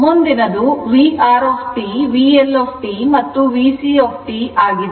ಆದ್ದರಿಂದ ಮುಂದಿನದು VR t VL t ಮತ್ತು VC t ಆಗಿದೆ